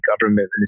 government